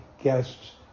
guest's